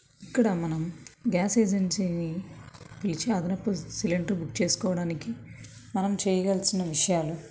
ఇక్కడ మనం గ్యాస్ ఏజెన్సీని పిలిచి ఆదపు సిలిండర్ బుక్ చేసుకోవడానికి మనం చెయవలసిన విషయాలు